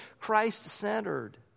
Christ-centered